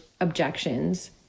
objections